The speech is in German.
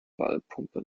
ballpumpe